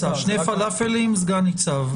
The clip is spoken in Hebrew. שני פלאפלים סגן ניצב.